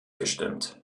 gestimmt